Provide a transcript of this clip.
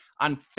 on